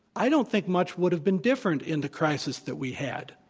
i don't think much would have been different in the crisis that we had.